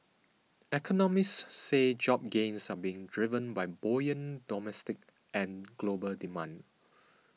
economists say job gains are being driven by buoyant domestic and global demand